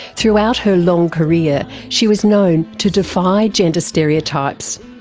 throughout her long career, she was known to defy gender stereotypes,